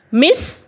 miss